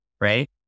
right